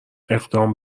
اقدام